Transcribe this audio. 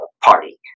party